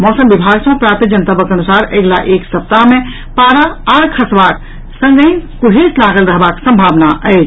मौसम विभाग सँ प्राप्त जनतबक अनुसार अगिला एक सप्ताह मे पारा आओर खसत संगहि कुहेस लागल रहबाक सम्भावना अछि